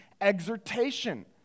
exhortation